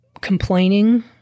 complaining